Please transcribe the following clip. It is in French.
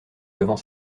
devant